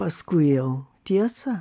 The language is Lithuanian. paskui jau tiesą